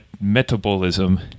metabolism